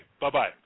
bye-bye